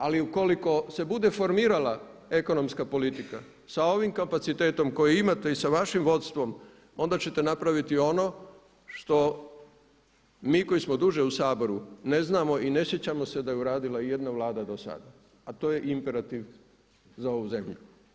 Ali ukoliko se bude formirala ekonomska politika sa ovim kapacitetom koji imate i sa vašim vodstvom, onda ćete napraviti ono što mi koji smo duže u Saboru, ne znamo i ne sjećamo se da je uradila ijedna vlada do sada, a to je imperativ za ovu zemlju.